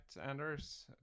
Anders